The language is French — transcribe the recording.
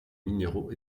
minéraux